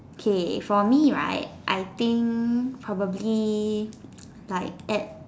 K for me right I think probably like at